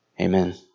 Amen